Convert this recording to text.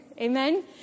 Amen